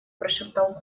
прошептал